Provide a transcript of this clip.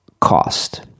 cost